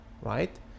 Right